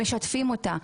משתפים אותה.